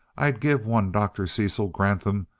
i'd give one dr. cecil granthum,